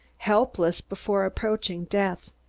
helpless before approaching death.